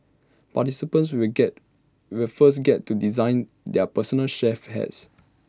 participants will get will first get to design their personal chef hats